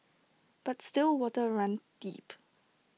but still waters run deep